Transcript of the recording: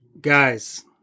guys